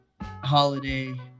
holiday